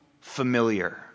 familiar